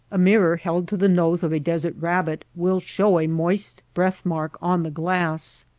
a mirror held to the nose of a desert rabbit will show a moist breath-mark on the glass.